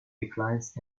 declines